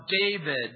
David